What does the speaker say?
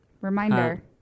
Reminder